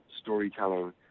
storytelling